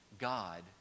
God